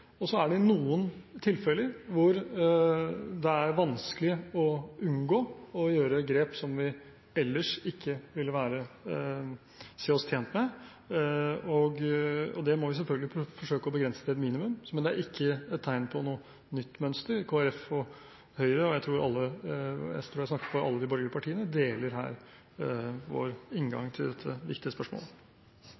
viktig. Så er det noen tilfeller hvor det er vanskelig å unngå å gjøre grep som vi ellers ikke ville se oss tjent med. Det må vi selvfølgelig forsøke å begrense til et minimum. Men det er ikke et tegn på noe nytt mønster. Kristelig Folkeparti – og jeg tror jeg snakker for alle de borgerlige partiene – deler her vår inngang